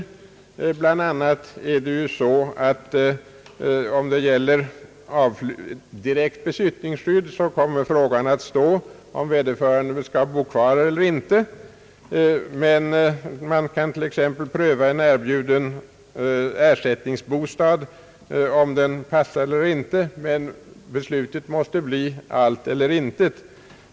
Det är ju bl.a. så, att när det gäller direkt besittningsskydd kommer frågan att stå om vederbörande skall bo kvar eller icke. Man kan t.ex. pröva om en erbjuden ersättningsbostad passar eller inte, men beslutet måste bli allt eller intet.